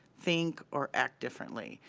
think, or act differently.